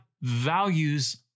values